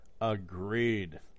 Agreed